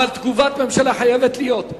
אבל תגובת הממשלה חייבת להיות.